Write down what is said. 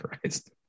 Christ